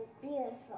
beautiful